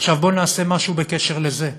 עכשיו, בואו נעשה משהו בקשר לזה.